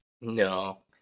No